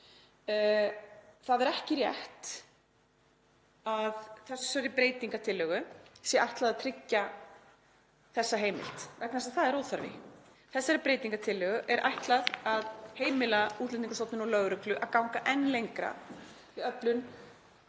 Það er ekki rétt að þessari breytingartillögu sé ætlað að tryggja þessa heimild vegna þess að það er óþarfi. Þessari breytingartillögu er ætlað að heimila Útlendingastofnun og lögreglu að ganga enn lengra í öflun